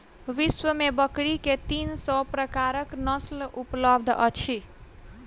विश्व में बकरी के तीन सौ प्रकारक नस्ल उपलब्ध अछि